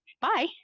Bye